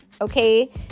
Okay